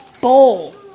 bowl